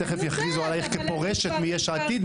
תכף יכריזו עלייך כפורשת מ'יש עתיד',